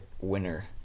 winner